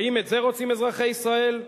האם את זה רוצים אזרחי ישראל?